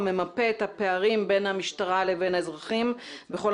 הממפה את הפערים בין המשטרה לבין האזרחים בכל